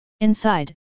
Inside